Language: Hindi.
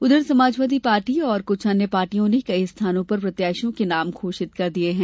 उधर समाजवादी पार्टी और कुछ अन्य पार्टियों ने कई स्थानों पर प्रत्याशियों के नाम घोषित कर दिये हैं